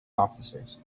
officers